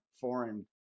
foreign